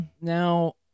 Now